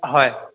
হয়